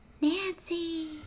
Nancy